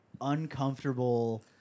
uncomfortable